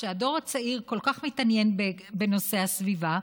שהדור הצעיר כל כך מתעניין בנושא הסביבה,